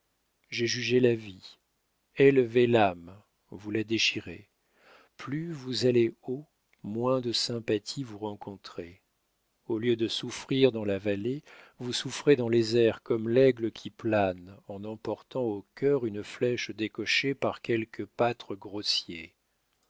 j'ai jugé la vie élevez l'âme vous la déchirez plus vous allez haut moins de sympathie vous rencontrez au lieu de souffrir dans la vallée vous souffrez dans les airs comme l'aigle qui plane en emportant au cœur une flèche décochée par quelque pâtre grossier